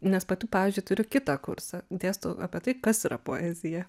nes pati pavyzdžiui turiu kitą kursą dėstau apie tai kas yra poezija